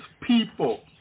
people